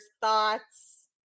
thoughts